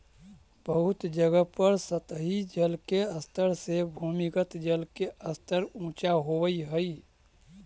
बहुत जगह पर सतही जल के स्तर से भूमिगत जल के स्तर ऊँचा होवऽ हई